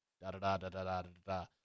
da-da-da-da-da-da-da